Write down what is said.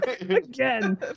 Again